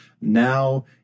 Now